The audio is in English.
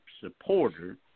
supporter